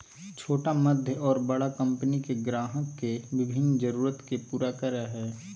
छोटा मध्य और बड़ा कंपनि के ग्राहक के विभिन्न जरूरत के पूरा करय हइ